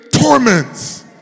torments